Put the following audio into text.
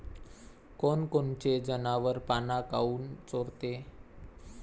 कोनकोनचे जनावरं पाना काऊन चोरते?